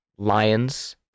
lions